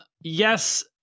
yes